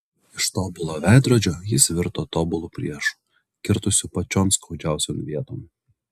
iš tobulo veidrodžio jis virto tobulu priešu kirtusiu pačion skaudžiausion vieton